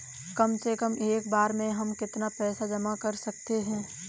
कम से कम एक बार में हम कितना पैसा जमा कर सकते हैं?